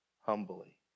humbly